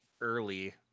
early